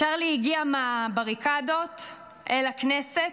צ'רלי הגיע מהבריקדות אל הכנסת,